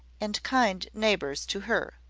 and kind neighbours to her.